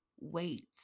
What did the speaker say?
wait